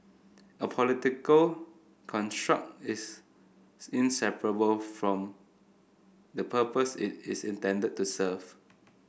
a political construct is inseparable from the purpose it is intended to serve